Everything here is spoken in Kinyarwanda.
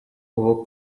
uwo